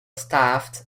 staffed